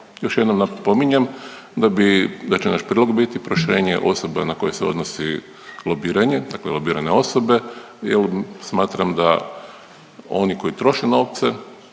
Još jednom napominjem da bi, da će naš prijedlog biti proširenje osoba na koje se odnosi lobiranje dakle lobirane osobe jer smatram da oni koji troše novce,